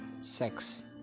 sex